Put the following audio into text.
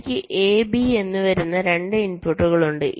എനിക്ക് A B എന്നിവ വരുന്ന 2 ഇൻപുട്ടുകൾ ഉണ്ട്